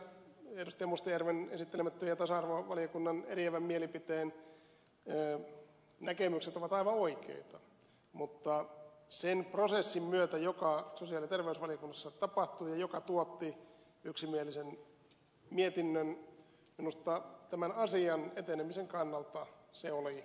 mustajärven esittelemät ja työelämä ja tasa arvovaliokunnan eriävän mielipiteen näkemykset ovat aivan oikeita mutta sen prosessin myötä joka sosiaali ja terveysvaliokunnassa tapahtui ja joka tuotti yksimielisen mietinnön minusta tämän asian etenemisen kannalta oli parasta tehdä näin